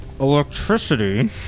electricity